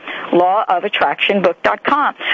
Lawofattractionbook.com